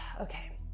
okay